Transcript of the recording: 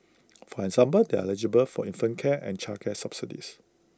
for example they are eligible for infant care and childcare subsidies